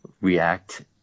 react